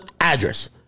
address